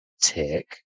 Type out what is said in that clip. Tick